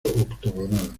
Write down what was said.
octogonal